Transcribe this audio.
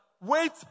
wait